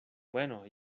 bueno